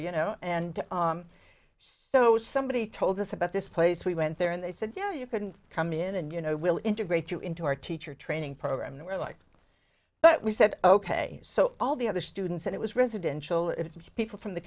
you know and so somebody told us about this place we went there and they said you know you can come in and you know we'll integrate you into our teacher training program that we're like but we said ok so all the other students and it was residential it's people from the